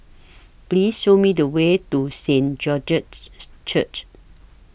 Please Show Me The Way to Saint George's Church